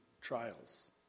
trials